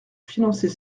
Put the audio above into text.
financer